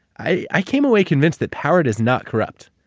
i came away convinced that power does not corrupt.